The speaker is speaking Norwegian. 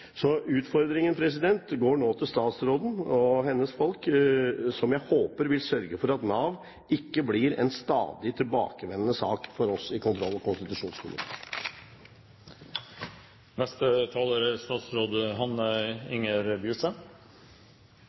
Så utfordringen går nå til statsråden og hennes folk, som jeg håper vil sørge for at Nav ikke blir en stadig tilbakevendende sak for oss i kontroll- og konstitusjonskomiteen.